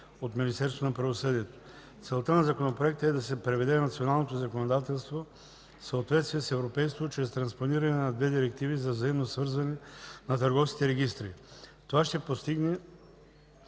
от Министерството на правосъдието. Целта на законопроекта е да се приведе националното законодателство в съответствие с европейското чрез транспониране на две директиви за взаимно свързване на търговските регистри. Това ще се постигне